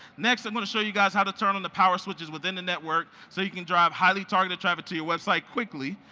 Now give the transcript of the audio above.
next i'm gonna show you guys how to turn on the power switches within the network so you can drive highly-targeted traffic to your website quickly.